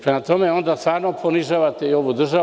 Prema tome, onda stvarno ponižavate i ovu državu.